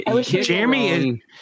Jeremy